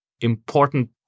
important